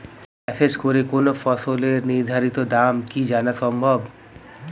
Message করে কোন ফসলের নির্ধারিত দাম কি জানা সম্ভব?